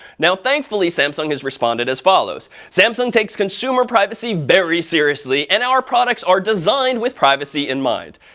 now, thankfully, samsung has responded as follows. samsung takes consumer privacy very seriously, and our products are designed with privacy in mind.